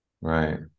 Right